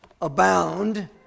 abound